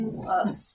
plus